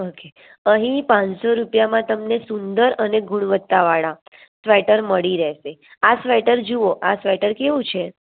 okay અહી પાંચસો રૂપિયામાં તમને સુંદર અને ગુણવતા વાળા સ્વેટર મડી રેસે આ સ્વેટર જુવો આ સ્વેટર કેવું છે